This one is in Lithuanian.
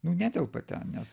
nu netelpa ten nes